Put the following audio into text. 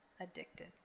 addicted